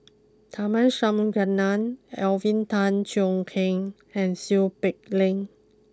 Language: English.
Tharman Shanmugaratnam Alvin Tan Cheong Kheng and Seow Peck Leng